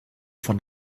von